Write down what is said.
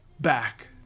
back